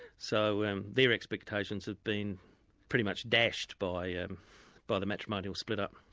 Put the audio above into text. so and their expectations have been pretty much dashed by um by the matrimonial split-up.